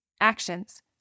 Actions